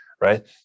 right